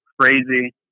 crazy